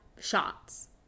shots